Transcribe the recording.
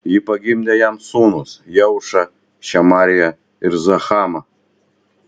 ji pagimdė jam sūnus jeušą šemariją ir zahamą